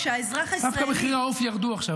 כשהאזרח הישראלי --- דווקא מחירי העוף ירדו עכשיו,